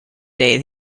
day